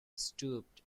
stooped